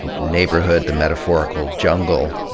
neighborhood, the metaphorical jungle,